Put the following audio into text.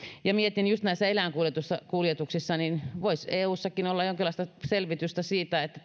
mietin just näistä eläinkuljetuksista että voisi eussakin olla jonkinlaista selvitystä siitä että